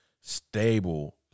stable